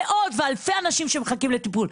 מאות ואלפי אנשים שמחכים לטיפול?